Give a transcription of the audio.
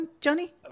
Johnny